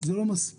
זה לא מספיק,